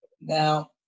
now